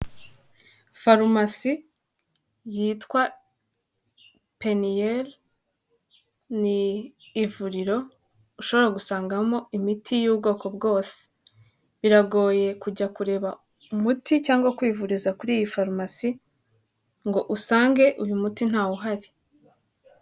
Farumasi yitwa Peniel, ni ivuriro ushobora gusangamo imiti y'ubwoko bwose, biragoye kujya kureba umuti cyangwa kwivuriza kuri iyi farumasi ngo usange uyu muti ntawuhari.